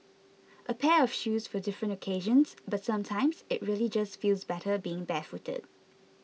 a pair of shoes for different occasions but sometimes it really just feels better being barefooted